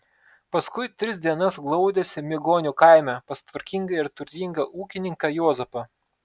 paskui tris dienas glaudėsi migonių kaime pas tvarkingą ir turtingą ūkininką juozapą